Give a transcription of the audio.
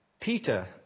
Peter